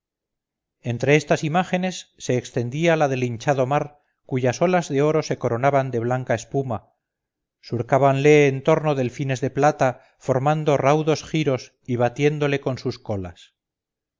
entre estas imágenes se extendía la del hinchado mar cuyas olas de oro se coronaban de blanca espuma surcábanle en torno delfines de plata formando raudos giros y batiéndole con sus colas